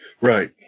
Right